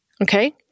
Okay